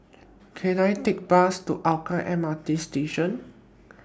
Can I Take Bus to Hougang M R T Station